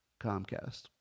Comcast